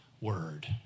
word